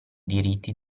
diritti